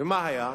ומה היה?